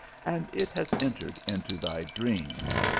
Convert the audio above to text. and it has entered into thy dreams.